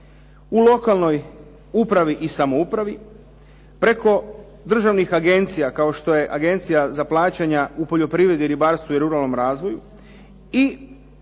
u lokalnoj upravi i samoupravi, preko državnih agencija, kao što je Agencija za plaćanja u poljoprivredi, ribarstvu i ruralnom razvoju i